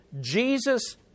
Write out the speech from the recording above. Jesus